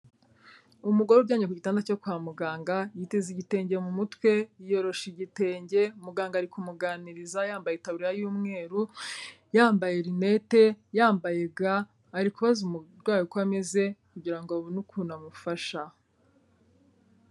Umugore uryamye ku gitanda cyo kwa muganga yiteze igitenge mu mutwe, yiyoroshe igitenge muganga ari kumuganiriza yambaye itaburiya y'umweru, yambaye rinete, yambaye ga, ari kubaza umurwayi uko ameze kugira ngo abone ukuntu amufasha.